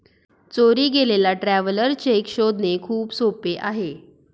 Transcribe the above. चोरी गेलेला traveller cheque शोधणे खूप सोपे आहे